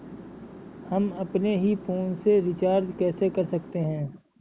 हम अपने ही फोन से रिचार्ज कैसे कर सकते हैं?